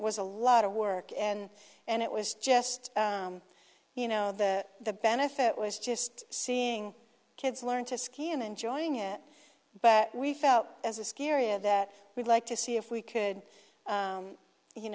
was a lot of work and and it was just you know the the benefit was just seeing kids learn to ski and enjoying it but we felt as a ski area that we'd like to see if we could